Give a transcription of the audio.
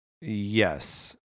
Yes